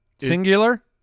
singular